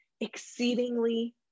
Exceedingly